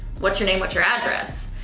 what's your name what's your address.